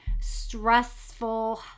stressful